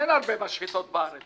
אין הרבה משחתות בארץ